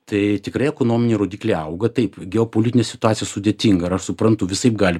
tai tikrai ekonominiai rodikliai auga taip geopolitinė situacija sudėtinga ir aš suprantu visaip gali